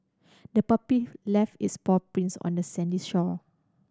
the puppy left its paw prints on the sandy shore